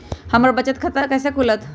हमर बचत खाता कैसे खुलत?